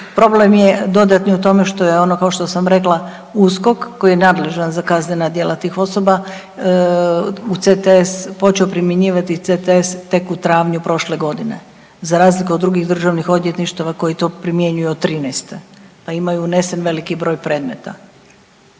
Problem je dodatni u tome što je ono kao što sam rekla USKOK koji je nadležan za kaznena djela tih osoba u CTS, počeo primjenjivati CTS tek u travnju prošle godine za razliku od drugih državnih odvjetništava koji to primjenjuju od '13. pa imaju unesen veliki broj predmeta.